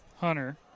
Hunter